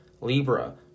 Libra